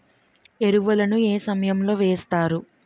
ఎరువుల ను ఏ సమయం లో వేస్తారు?